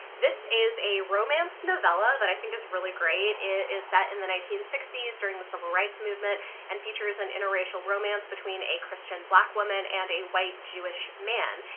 this is a romance novella that i think is really great. it is set in the nineteen sixty s during the civil rights movement and features an interracial romance between a christian black woman and a white jewish man.